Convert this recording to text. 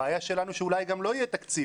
הבעיה שלנו שאולי גם לא יהיה תקציב.